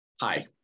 Hi